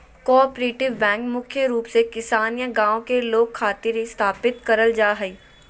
cooperative bank मुख्य रूप से किसान या गांव के लोग खातिर ही स्थापित करल जा हय